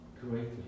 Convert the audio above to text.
greatly